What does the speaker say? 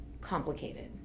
complicated